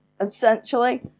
essentially